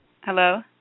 Hello